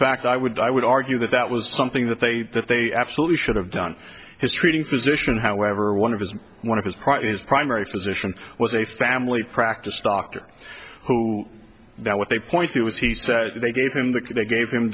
fact i would i would argue that that was something that they that they absolutely should have done his treating physician however one of his one of his party's primary physician was a family practice doctor who that what they point to was he said they gave him that they gave him